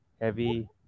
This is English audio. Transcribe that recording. heavy